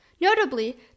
Notably